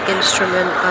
instrument